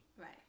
Right